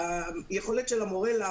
המעורבות שלהם היא 20%,